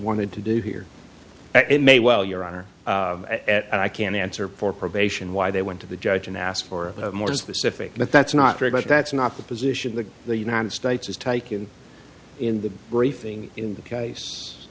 wanted to do here it may well your honor at i can't answer for probation why they went to the judge and asked for more specific but that's not true but that's not the position that the united states has taken in the briefing in the case